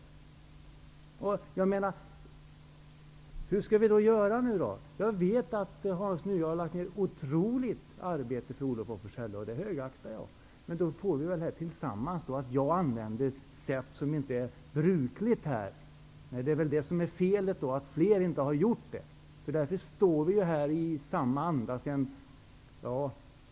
Hur skall vi då göra? Jag vet att Hans Nyhage har lagt ner otroligt mycket arbete för Olof af Forselles, och jag högaktar honom för det. Jag använder tillvägagångssätt som inte är brukliga här, och felet är väl att inte fler har gjort det. Därför står vi här i samma anda som för länge sedan.